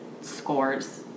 scores